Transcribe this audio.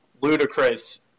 ludicrous